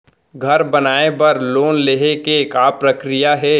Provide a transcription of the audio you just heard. घर बनाये बर लोन लेहे के का प्रक्रिया हे?